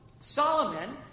Solomon